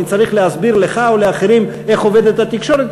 אני צריך להסביר לך או לאחרים איך עובדת התקשורת?